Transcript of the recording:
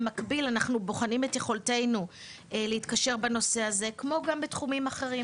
במקביל אנחנו בוחנים את יכולתנו להתקשר בנושא הזה כמו גם בתחומים אחרים.